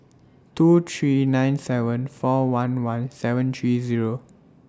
two three nine seven four one one seven three Zero